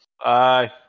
Aye